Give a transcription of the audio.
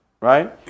Right